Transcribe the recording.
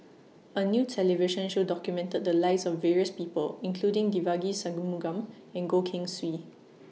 A New television Show documented The Lives of various People including Devagi Sanmugam and Goh Keng Swee